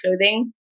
clothing